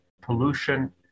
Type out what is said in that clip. pollution